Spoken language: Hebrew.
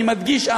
אני מדגיש,